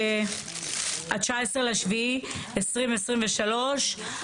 היום ה-19.7.2023,